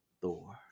Thor